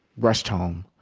rushed home,